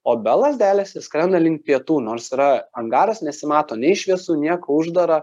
o be lazdelės jis skrenda link pietų nors yra angaras nesimato nei šviesų nieko uždara